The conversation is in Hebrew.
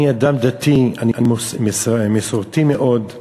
אני אדם דתי, אני מסורתי מאוד,